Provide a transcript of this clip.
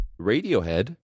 Radiohead